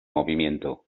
movimiento